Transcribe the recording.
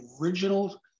original